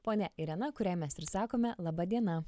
ponia irena kuriai mes ir sakome laba diena